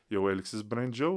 jau elgsis brandžiau